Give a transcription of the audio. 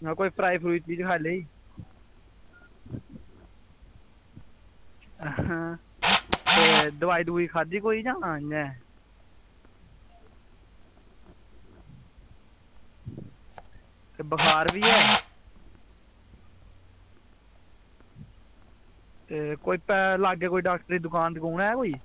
जां कोई फ्राई फ्रुई चीज़ खाई लेई आ हां ते दवाई दवुई खाद्धी कोई जां इयां गै ते बखार बी ऐ ते लाग्गै कोई डाक्टरे दी दुकान है कोई